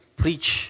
preach